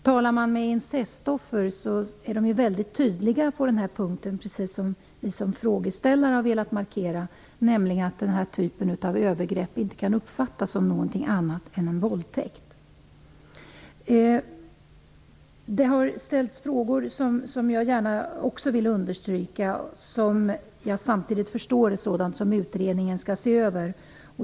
Talar man med incestoffer är de väldigt tydliga på den här punkten, precis som vi som frågeställare har velat markera, nämligen att den här typen av övergrepp inte kan uppfattas som någonting annat än en våldtäkt. Det har här ställts frågor som också jag gärna vill understryka, samtidigt som jag förstår att det gäller sådant som utredningen skall se över.